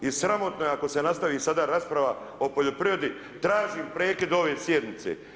I sramotno je ako se nastavi sada rasprava o poljoprivredi, tražim prekid ove sjednice.